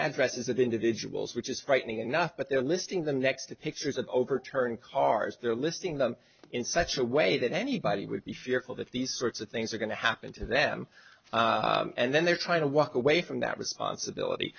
addresses of individuals which is frightening enough but they're listing them next to pictures of overturned cars they're listing them in such a way that anybody would be fearful that these sorts of things are going to happen to them and then they're trying to walk away from that was on civility